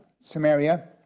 Samaria